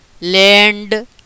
land